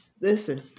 Listen